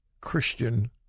Christian